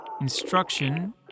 Instruction